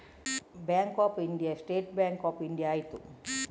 bank of India State Bank of India ಆಯಿತು